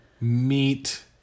meet